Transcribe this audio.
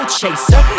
chaser